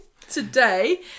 today